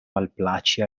malplaĉi